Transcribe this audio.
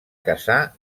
casar